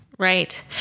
Right